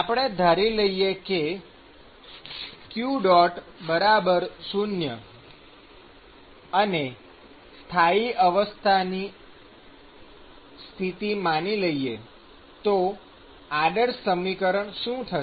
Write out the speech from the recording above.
આપણે ધારી લઈએ કે q 0 અને સ્થાયી અવસ્થા ની સ્થિતિ માની લઈએ તો આદર્શ સમીકરણ શું થશે